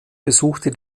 besuchte